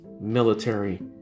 military